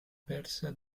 persa